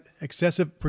excessive